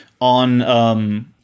on –